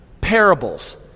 Parables